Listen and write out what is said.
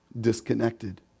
disconnected